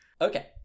Okay